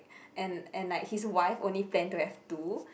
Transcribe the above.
and and like his wife only plan to have two